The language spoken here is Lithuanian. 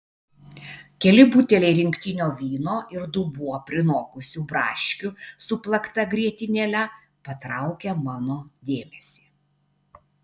keli buteliai rinktinio vyno ir dubuo prinokusių braškių su plakta grietinėle patraukia mano dėmesį